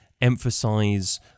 emphasize